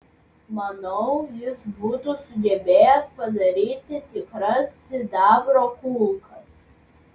manau jis būtų sugebėjęs padaryti tikras sidabro kulkas